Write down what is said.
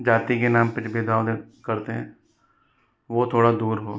जाति के नाम पर जो भेदभाव करते हैं वह थोड़ा दूर हो